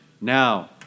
now